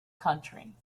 country